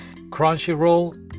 Crunchyroll